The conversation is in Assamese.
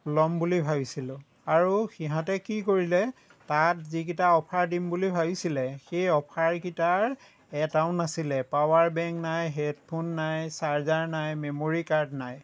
লম বুলি ভাবিছিলোঁ আৰু সিহঁতে কি কৰিলে তাত যিগিটা অফাৰ দিম বুলি ভাবিছিলে এই অফাৰকেইটাৰ এটাও নাছিলে পাৱাৰ বেঙ্ক নাই হেড ফোন নাই ছাৰ্জাৰ নাই মেমৰি কাৰ্ড নাই